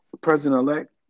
President-elect